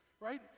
right